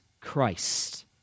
Christ